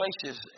places